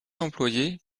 employée